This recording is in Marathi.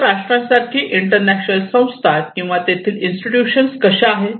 संयुक्त राष्ट्रांसारखी इंटरनॅशनल संस्था किंवा तेथील इन्स्टिट्यूशन कशा आहेत